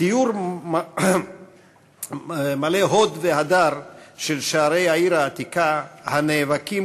תיאור מלא הוד והדר של שערי העיר העתיקה הנאבקים,